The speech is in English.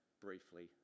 briefly